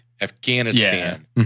Afghanistan